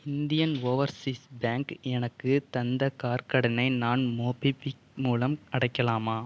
Indian Overseas Bank எனக்கு தந்த car கடனை நான் மோபிக்விக் மூலம் அடைக்கலாமா